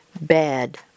bad